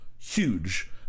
Huge